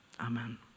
Amen